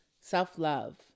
self-love